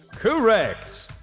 correct!